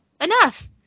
enough